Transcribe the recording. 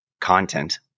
content